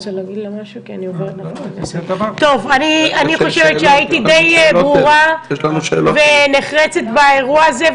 אני חושבת שהייתי די ברורה ונחרצה באירוע הזה.